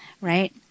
right